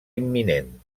imminent